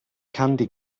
candy